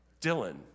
Dylan